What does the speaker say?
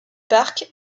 parc